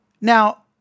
Now